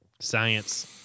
Science